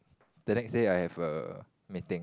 the next day I have a meeting